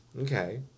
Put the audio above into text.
Okay